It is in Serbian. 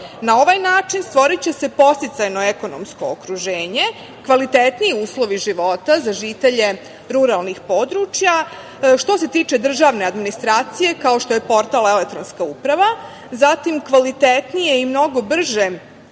Na ovaj način stvoriće se podsticajno ekonomsko okruženje, kvalitetniji uslovi života za žitelje ruralnih područja, što se tiče državne administracije, kao što je portal e-uprava, zatim, kvalitetnije i mnogo brže